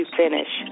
finish